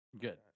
Good